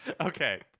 Okay